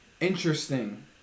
Interesting